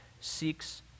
seeks